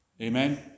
Amen